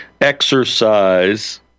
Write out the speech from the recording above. exercise